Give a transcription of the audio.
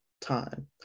time